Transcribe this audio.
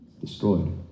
destroyed